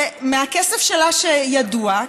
מהכסף שלה שידוע,